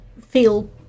feel